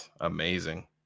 Amazing